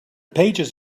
pages